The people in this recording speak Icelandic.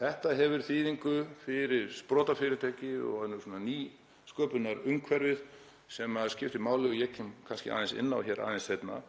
Þetta hefur þýðingu fyrir sprotafyrirtæki og nýsköpunarumhverfið sem skiptir máli og ég kem kannski inn á aðeins seinna.